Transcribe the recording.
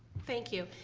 thank you,